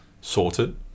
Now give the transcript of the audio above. sorted